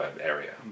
area